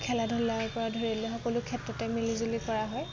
খেলা ধূলাৰ পৰা ধৰিলে সকলো ক্ষেত্ৰতে মিলিজুলি কৰা হয়